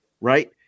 Right